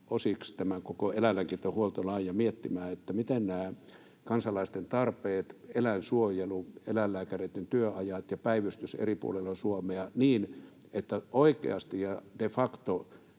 osiksi tämän koko eläinlääkintähuoltolain ja miettimään, miten hoidetaan kansalaisten tarpeet, eläinsuojelu, eläinlääkäreitten työajat ja päivystys eri puolilla Suomea niin, että oikeasti ja de facto